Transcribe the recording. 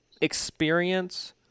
experience